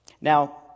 Now